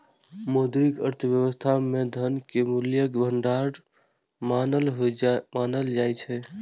मौद्रिक अर्थव्यवस्था मे धन कें मूल्यक भंडार मानल जाइ छै